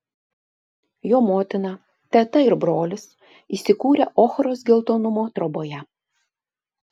jo motina teta ir brolis įsikūrę ochros geltonumo troboje